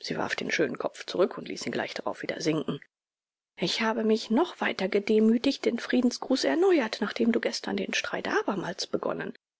sie warf den schönen kopf zurück und ließ ihn gleich darauf wieder sinken ich habe mich noch weiter gedemütigt den friedensgruß erneuert nachdem du gestern den streit abermals begonnen